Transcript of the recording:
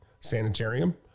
sanitarium